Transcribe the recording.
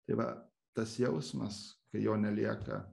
tai va tas jausmas kai jo nelieka